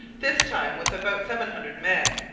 this time with about seven hundred men.